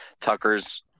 Tucker's